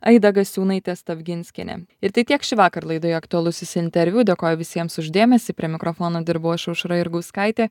aida gasiūnaitė stavginskienė ir tai tiek šįvakar laidoje aktualusis interviu dėkoju visiems už dėmesį prie mikrofono dirbau aš aušra jurgauskaitė